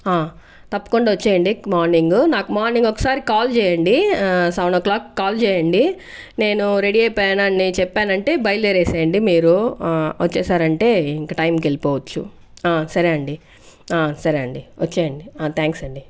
ఆ తప్పకుండా వచ్చేయండి మార్నింగు నాకు మార్నింగ్ ఒకసారి కాల్ చేయండి సెవెన్ ఓక్లాక్ కాల్ చేయండి నేను రెడీ అయిపోయాను అని చెప్పానంటే బయలుదేరేసేయండి మీరు వచ్చేసారంటే ఇంక టైం కెళ్ళిపోవచ్చు ఆ సరే అండి ఆ సరే అండి వచ్చేయండి ఆ థ్యాంక్స్ అండి